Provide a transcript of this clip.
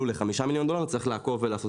שניים, לדאוג למשקיעים.